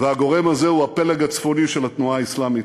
והגורם הזה הוא הפלג הצפוני של התנועה האסלאמית.